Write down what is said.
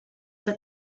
that